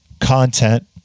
content